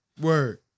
Word